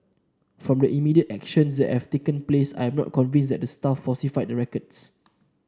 from the immediate actions that have taken place I am not convinced that the staff falsified the records